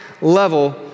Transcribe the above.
level